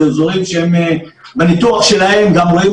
אלה אזורים שבניתוח שלהם הם גם רואים